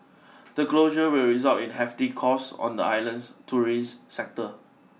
the closure will result in hefty costs on the island's tourism sector